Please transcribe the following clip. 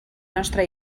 nostra